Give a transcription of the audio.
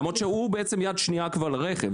למרות שהוא בעצם יד שנייה כבר על הרכב,